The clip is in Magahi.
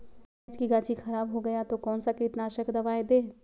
प्याज की गाछी खराब हो गया तो कौन सा कीटनाशक दवाएं दे?